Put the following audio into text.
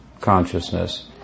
consciousness